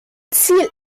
ziel